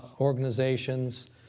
organizations